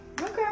okay